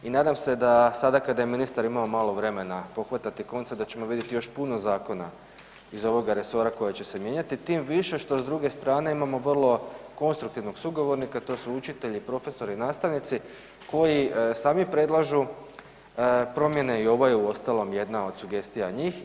I nadam se da sada kada je ministar imao malo vremena pohvatati konce da ćemo vidjeti još puno zakona iz ovoga resora koja će se mijenjati tim više što s druge strane imamo vrlo konstruktivnog sugovornika to su učitelji, profesori, nastavnici koji sami predlažu promjene i ovo je uostalom jedna od sugestija njih.